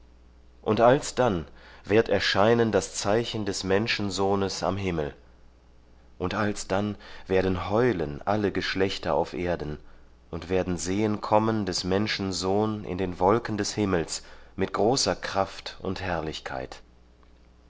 und alsdann wird erscheinen das zeichen des menschensohnes am himmel und alsdann werden heulen alle geschlechter auf erden und werden sehen kommen des menschen sohn in den wolken des himmels mit großer kraft und herrlichkeit